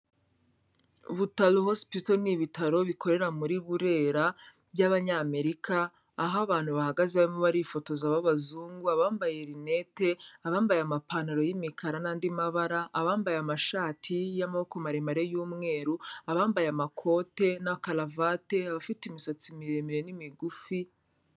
Butaro hospital ni ibitaro bikorera muri Burera by'Abanyamerika. Aho abantu bahagaze, bamwe barifotoza b'abazungu abambaye rinete, abambaye amapantaro y'imikara n'andi mabara. Abambaye amashati y'amaboko maremare y'umweru, abambaye amakote na karuvati, abafite imisatsi miremire n'imigufi...